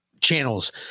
channels